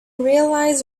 realize